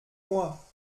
moi